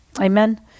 Amen